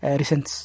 recent